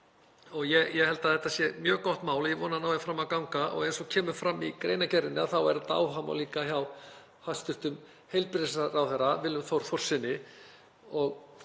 Ég held að þetta sé mjög gott mál og ég vona að það nái fram að ganga og eins og kemur fram í greinargerðinni er þetta áhugamál líka hjá hæstv. heilbrigðisráðherra, Willum Þór Þórssyni.